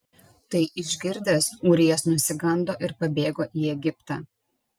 tai išgirdęs ūrijas nusigando ir pabėgo į egiptą